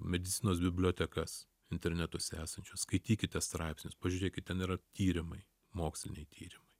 medicinos bibliotekas internetose esančios skaitykite straipsnius pažiūrėkit ten yra tyrimai moksliniai tyrimai